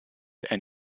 and